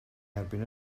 erbyn